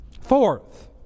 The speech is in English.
Fourth